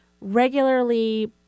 regularly